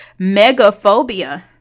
megaphobia